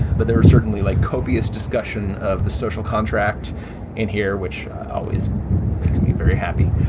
but there are certainly like copious discussion of the social contract in here, which always makes me very happy.